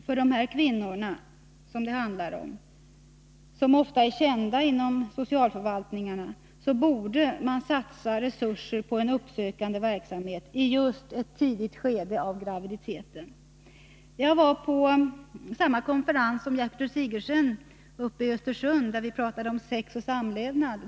För de kvinnor som det handlar om, som ofta är kända inom socialförvaltningarna, borde man satsa resurser på en uppsökande verksamhet i ett tidigt skede av graviditeten. Jag var på samma konferens som Gertrud Sigurdsen i Östersund, där vi pratade om sex och samlevnad.